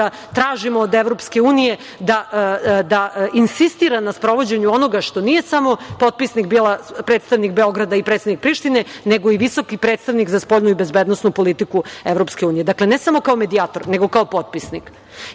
kada tražimo od EU da insistira na sprovođenju onoga što nije samo potpisnik predstavnik Beograda i predsednik Prištine, nego i visoki predstavnik za spoljnu i bezbednosnu politiku EU. Dakle, ne samo kao medijator, nego kao potpisnik.U